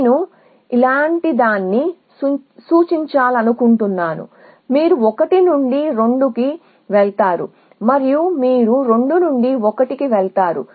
నేను ఇలాంటిదాన్ని సూచించాలనుకుంటున్నాను మీరు 1 నుండి 2 కి వెళతారు మరియు మీరు 2 నుండి 1 కి వెళతారు